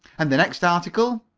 and the next article?